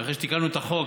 אחרי שתיקנו את החוק,